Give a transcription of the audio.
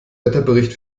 wetterbericht